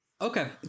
Okay